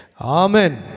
Amen